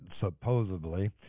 supposedly